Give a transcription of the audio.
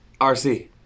RC